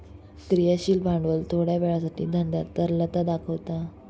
क्रियाशील भांडवल थोड्या वेळासाठी धंद्यात तरलता दाखवता